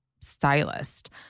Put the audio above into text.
stylist